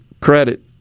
credit